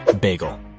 Bagel